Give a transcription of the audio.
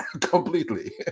completely